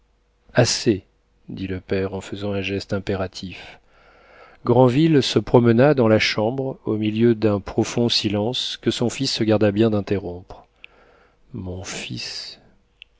assez dit le père en faisant un geste impératif granville se promena dans la chambre au milieu d'un profond silence que son fils se garda bien d'interrompre mon fils